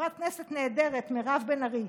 חברת כנסת נהדרת, מירב בן ארי.